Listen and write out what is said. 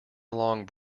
along